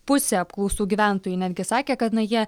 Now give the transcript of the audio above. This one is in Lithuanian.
pusė apklaustų gyventojų netgi sakė kad na jie